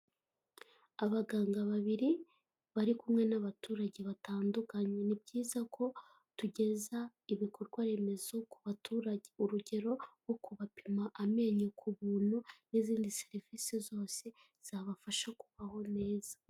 Abaganga babiri bari kumwe n'abaturage batandukanye ni byiza ko tugeza ibikorwaremezo ku baturage urugero nko kubapima amenyo ku buntu n'izindi serivise zose zabafasha kubaho neza.